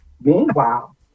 Meanwhile